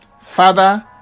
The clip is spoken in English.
Father